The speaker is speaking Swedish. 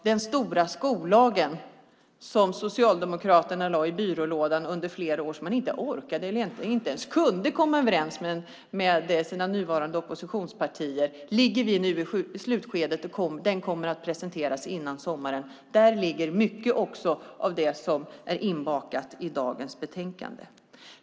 Den stora skollagen som Socialdemokraterna lade i byrålådan under flera år och som de inte orkade eller egentligen inte ens kunde komma överens om med sina dåvarande samarbetspartier är nu i slutskedet och kommer att presenteras före sommaren. Där ligger också mycket av det som är inbakat i dagens betänkande.